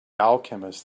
alchemist